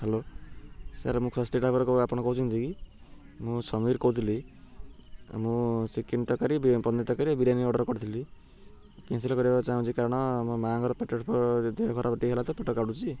hello sir ମୁଁ ଆପଣ କହୁଛନ୍ତି କି ମୁଁ ସମୀର୍ କହୁଥିଲି ମୁଁ ଚିକେନ୍ ତରକାରୀ ପନିର୍ ତରକାରୀ ବିରିୟାନୀ ଅର୍ଡ଼ର୍ କରିଥିଲି କ୍ୟାନସଲ୍ କରିବାକୁ ଚାହୁଁଛି କାରଣ ମୋ ମାଆଙ୍କର ପେଟ ଦେହ ଖରାପ ଟିକେ ହେଲା ତ ପେଟ କାଟୁଛି